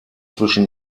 zwischen